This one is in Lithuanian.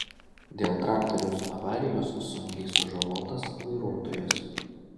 dėl traktoriaus avarijos sunkiai sužalotas vairuotojas